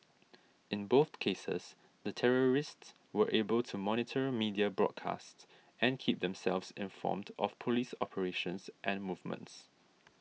in both cases the terrorists were able to monitor media broadcasts and keep themselves informed of police operations and movements